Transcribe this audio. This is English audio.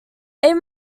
eight